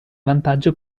vantaggio